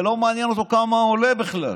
לא מעניין אותו כמה זה עולה בכלל,